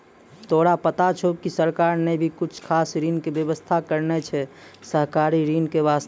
तोरा पता छौं कि सरकार नॅ भी कुछ खास ऋण के व्यवस्था करनॅ छै सहकारी कृषि के वास्तॅ